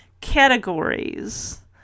categories